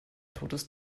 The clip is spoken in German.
totes